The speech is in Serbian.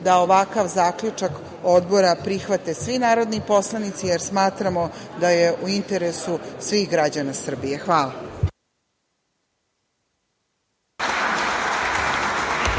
da ovakav zaključak Odbora prihvate svi narodni poslanici, jer smatramo da je u interesu svih građana Srbije. Hvala.